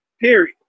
period